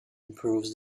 improves